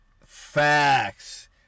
Facts